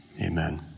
amen